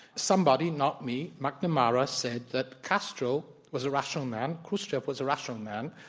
somebody, not me, mcnamara, said that castro was a rational man, khrushchev was a rational man,